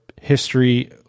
history